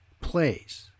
plays